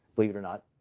believe it or not.